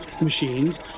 machines